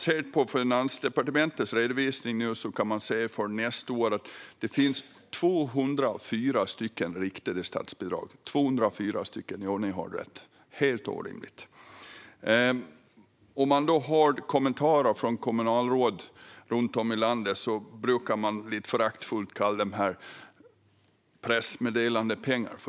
I Finansdepartementets redovisning kan man se att det för nästa år finns 204 riktade statsbidrag till kommunsektorn - 204! Ni hörde rätt. Det är helt orimligt. Kommunalråd runt om i landet brukar lite föraktfullt kalla det för pressmeddelandepengar.